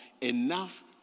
Enough